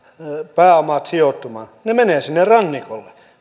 pääomat sijoittumaan niin ne menevät sinne rannikolle